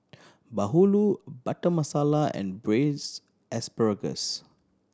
bahulu Butter Masala and Braised Asparagus